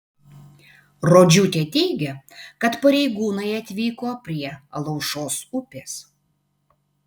rodžiūtė teigia kad pareigūnai atvyko prie alaušos upės